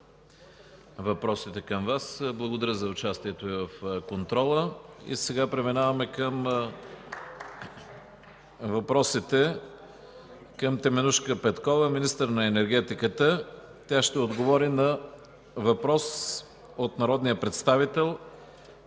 въпросите към Вас. Благодаря за участието Ви в контрола. Сега преминаваме към въпросите към Теменужка Петкова – министър на енергетиката. Тя ще отговори на въпрос от народния представител